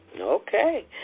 Okay